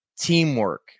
teamwork